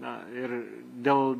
na ir dėl